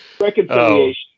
Reconciliation